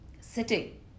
sitting